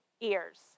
ears